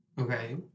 Okay